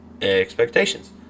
expectations